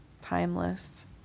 timeless